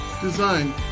design